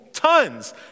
Tons